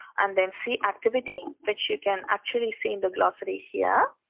and then see activity, which you can actually see in the glossary here.